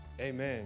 Amen